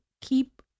keep